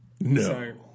No